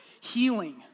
healing